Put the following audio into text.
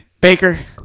Baker